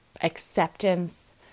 acceptance